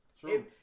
True